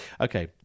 okay